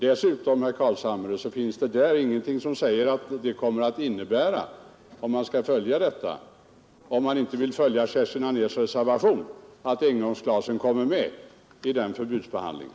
Dessutom, herr Carlshamre, finns det ingenting som säger att engångsglas blir förbjudna i propositionen efter den remissbehandlingen, om man inte följer Kerstin Anérs reservation i miljökontrollutredningen.